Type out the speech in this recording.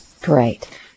Great